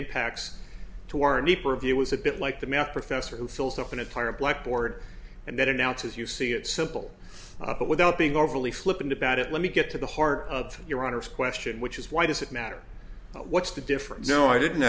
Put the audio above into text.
impacts to warrant the purview was a bit like the math professor who fills up an entire blackboard and then announces you see it simple but without being overly flippant about it let me get to the heart of your honor's question which is why does it matter what's the difference no i didn't